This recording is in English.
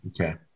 Okay